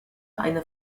eine